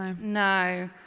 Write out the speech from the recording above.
No